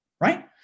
right